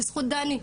בזכות דני,